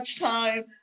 time